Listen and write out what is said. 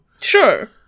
Sure